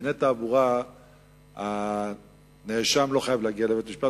בדיני תעבורה הנאשם לא חייב להגיע לבית-משפט,